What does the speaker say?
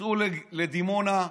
צאו לדימונה,